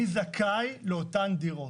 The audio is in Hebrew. מי זכאי לאותן דירות.